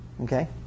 Okay